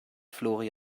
flori